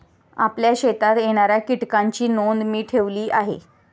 आपल्या शेतात येणाऱ्या कीटकांची नोंद मी ठेवली आहे